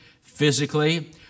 physically